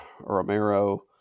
Romero